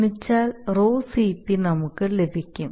ഗുണിച്ചാൽ ρCp നമുക്ക് ലഭിക്കും